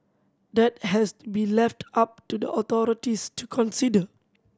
that has to be left up to the authorities to consider